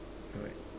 white